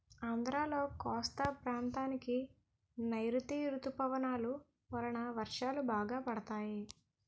ఆంధ్రాలో కోస్తా ప్రాంతానికి నైరుతీ ఋతుపవనాలు వలన వర్షాలు బాగా పడతాయి